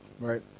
right